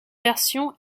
version